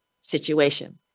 situation